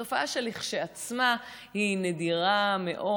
תופעה שכשלעצמה היא נדירה מאוד.